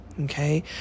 okay